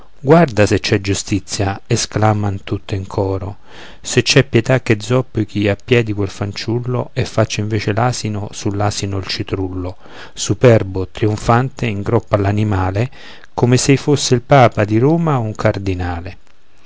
guarda se c'è giustizia esclaman tutte in coro se c'è pietà che zoppichi a piedi quel fanciullo e faccia invece l'asino sull'asino il citrullo superbo trionfante in groppa all'animale come s'ei fosse il papa di roma o un cardinale